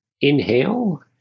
Inhale